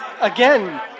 Again